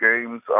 games